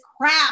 crap